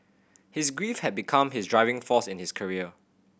his grief had become his driving force in his career